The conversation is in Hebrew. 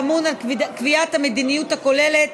האמון על קביעת המדיניות הכוללת